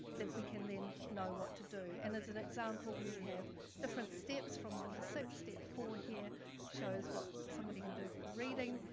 that we can then know what to do. and as an example, we have different steps from one to six. step four here shows what somebody can do from reading,